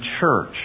church